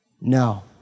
No